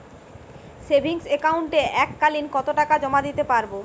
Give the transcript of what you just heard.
Savings একাউন্টে এক কালিন কতটাকা জমা দিতে পারব?